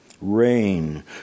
Rain